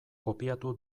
kopiatu